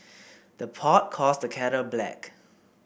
the pot calls the kettle black